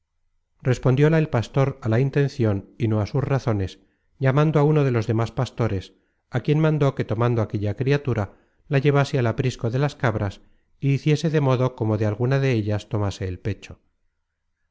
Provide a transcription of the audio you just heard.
respondióla el pastor á la intencion y no á sus razones llamando á uno de los demas pastores á quien mandó que tomando aquella criatura la llevase al aprisco de las cabras y hiciese de modo como de alguna de ellas tomase el pecho